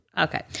okay